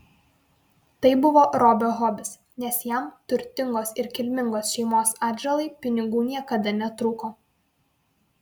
tai buvo robio hobis nes jam turtingos ir kilmingos šeimos atžalai pinigų niekada netrūko